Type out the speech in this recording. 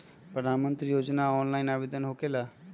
प्रधानमंत्री योजना ऑनलाइन आवेदन होकेला?